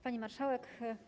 Pani Marszałek!